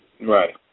Right